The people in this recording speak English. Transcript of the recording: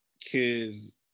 kids